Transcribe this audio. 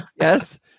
Yes